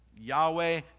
Yahweh